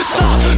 Stop